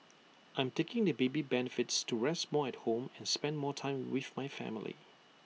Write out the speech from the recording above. I'm taking the baby benefits to rest more at home and spend more time with my family